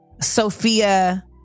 Sophia